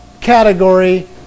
category